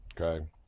Okay